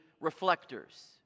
reflectors